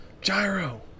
Gyro